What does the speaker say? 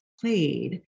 played